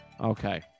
Okay